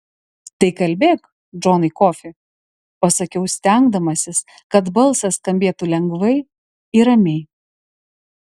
tai kalbėk džonai kofį pasakiau stengdamasis kad balsas skambėtų lengvai ir ramiai